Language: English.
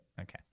Okay